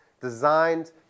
designed